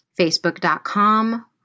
facebook.com